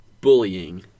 bullying